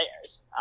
players